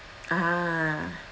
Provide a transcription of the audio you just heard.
ah